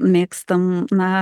mėgstam na